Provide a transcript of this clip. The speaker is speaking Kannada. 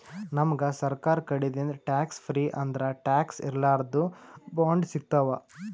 ನಮ್ಗ್ ಸರ್ಕಾರ್ ಕಡಿದಿಂದ್ ಟ್ಯಾಕ್ಸ್ ಫ್ರೀ ಅಂದ್ರ ಟ್ಯಾಕ್ಸ್ ಇರ್ಲಾರ್ದು ಬಾಂಡ್ ಸಿಗ್ತಾವ್